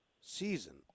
season